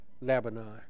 Lebanon